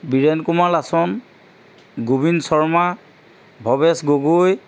Biren Kumar Lachan Gobin Sharma Bhabesh Gogoi